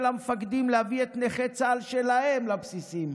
המפקדים להביא את נכי צה"ל שלהם לבסיסים,